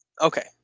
Okay